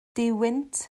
duwynt